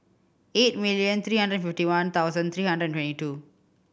eight million three hundred fifty one thousand three hundred and twenty two